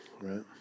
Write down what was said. right